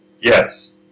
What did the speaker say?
Yes